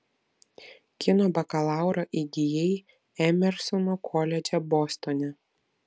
kino bakalaurą įgijai emersono koledže bostone